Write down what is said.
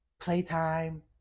playtime